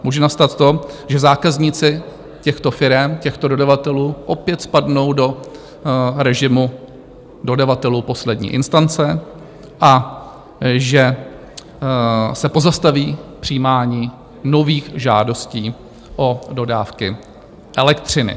Může nastat to, že zákazníci těchto firem, těchto dodavatelů, opět spadnou do režimu dodavatelů poslední instance a že se pozastaví přijímání nových žádostí o dodávky elektřiny.